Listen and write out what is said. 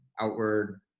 outward